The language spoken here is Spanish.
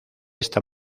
esta